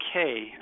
okay